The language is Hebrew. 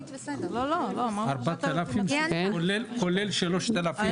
4,000 כולל ה-3,000?